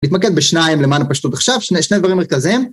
נתמקד בשניים למען הפשטות עכשיו, שני דברים מרכזיים.